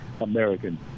American